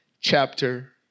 chapter